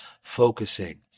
focusing